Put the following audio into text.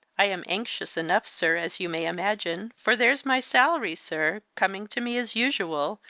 i am anxious enough sir, as you may imagine, for there's my salary, sir, coming to me as usual,